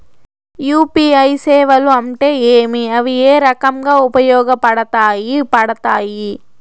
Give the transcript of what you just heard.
UPI సేవలు అంటే ఏమి, అవి ఏ రకంగా ఉపయోగపడతాయి పడతాయి?